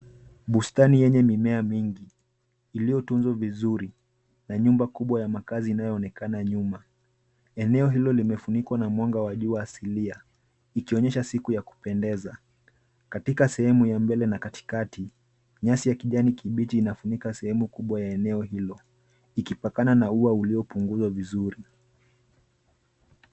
Bustani yenye mimea mingi iliyotunzwa vizuri na nyumba kubwa ya makazi inayoonekana nyuma. Eneo hilo limefunikwa na mwanga wa jua asilia ikionyesha siku ya kupendeza. Katika sehemu ya mbele na katikati nyasi ya kijani kibichi inafunika sehemu kubwa ya eneo hilo. Ikipakana na ua uliopunguzwa vizuri.